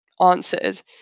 answers